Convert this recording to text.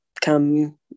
come